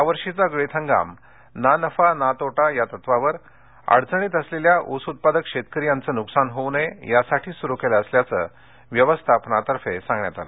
यावर्षीचा गळीत हंगाम ना नफा ना तोटा या तत्वावर अडचणीत असलेल्या ऊस उत्पादक शेतकरी यांचे नुकसान होऊ नये यासाठी सुरू केला असल्याचं व्यवस्थापनातर्फे सांगण्यात आलं